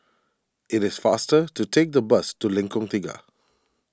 it is faster to take the bus to Lengkong Tiga